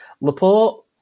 Laporte